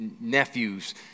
nephews